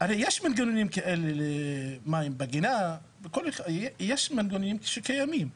מנגנונים כאלה למים בגינה למשל, מנגנונים קיימים.